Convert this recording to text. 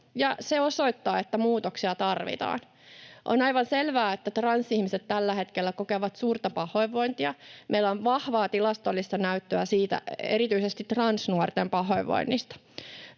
se osoittaa, että muutoksia tarvitaan. On aivan selvää, että transihmiset tällä hetkellä kokevat suurta pahoinvointia. Meillä on vahvaa tilastollista näyttöä siitä, erityisesti transnuorten pahoinvoinnista.